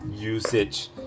usage